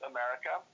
America